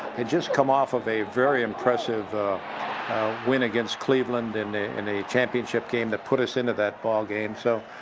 had just come off of a very impressive win against cleveland in a in a championship game that put us into that ballgame. so,